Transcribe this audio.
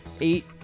Eight